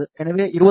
எனவே 21